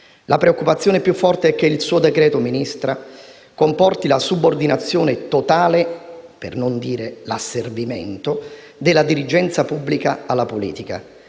La preoccupazione più forte è che il suo decreto, Ministra, comporti la subordinazione totale - per non dire l'asservimento - della dirigenza pubblica alla politica.